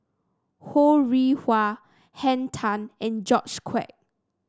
Ho Rih Hwa Henn Tan and George Quek